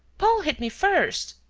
paul hit me first.